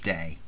Day